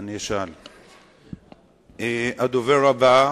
הדובר הבא,